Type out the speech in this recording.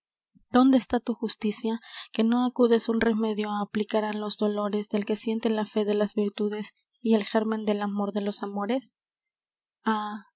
dónde está tu justicia que no acudes un remedio á aplicar á los dolores del que siente la fé de las virtudes y el gérmen del amor de los amores